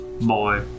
boy